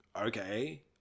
okay